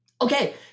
okay